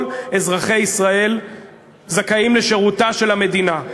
כל אזרחי ישראל זכאים לשירותה של המדינה.